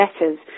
letters